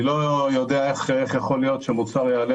אני לא יודע איך יכול להיות שמוצר יעלה